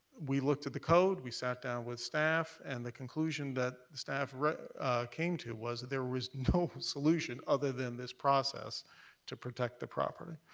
we looked at the code, we sat down with staff, and the conclusion that staff came to was that there was no solution other than this process to protect the property.